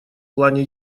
плане